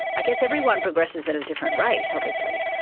i guess everyone progresses at a different rate, obviously,